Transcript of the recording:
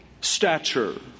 stature